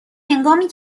هنگامی